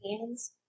hands